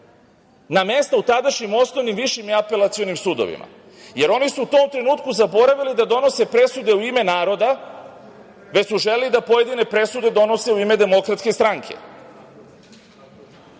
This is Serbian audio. na mesto u tadašnjim osnovnim, višim i apelacionim sudovima, jer oni su u tom trenutku zaboravili da donose presude u ime naroda, već su želeli da pojedine presude donose u ime DS.Takođe,